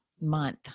month